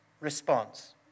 Response